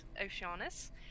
Oceanus